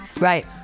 Right